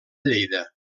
lleida